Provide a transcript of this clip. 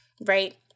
right